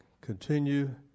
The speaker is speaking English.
continue